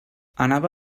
anava